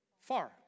far